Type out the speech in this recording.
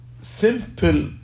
simple